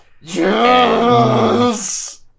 Yes